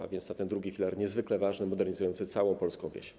Chodzi o ten drugi filar, niezwykle ważny, modernizujący całą polską wieś.